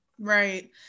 Right